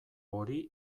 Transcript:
hori